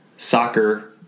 soccer